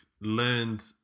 learned